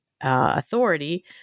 authority